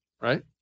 right